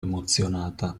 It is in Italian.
emozionata